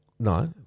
No